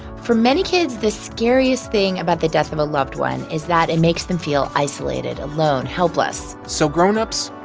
for many kids, the scariest thing about the death of a loved one is that it makes them feel isolated, alone, helpless so, grown-ups,